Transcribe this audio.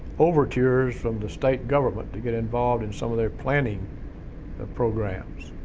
overtures from the state government to get involved in some of their planning ah programs.